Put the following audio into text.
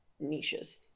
niches